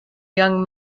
young